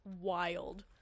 wild